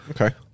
Okay